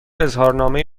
اظهارنامه